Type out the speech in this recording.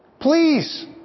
Please